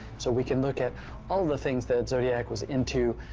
so we can look at all the things that zodiac was into,